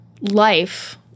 life